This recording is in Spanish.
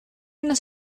nos